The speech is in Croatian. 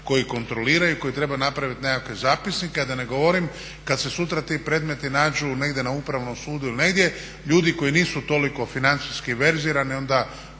koji kontroliraju i koji trebaju napraviti nekakve zapisnike, a da ne govorim kad se sutra ti predmeti nađu negdje na Upravnom sudu ili negdje ljudi koji nisu toliko financijski verzirani onda